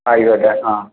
ആയിക്കോട്ടെ എന്നാൽ